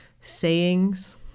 sayings